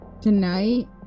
tonight